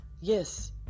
yes